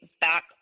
back